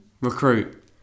Recruit